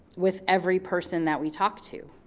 with every person that we talk to,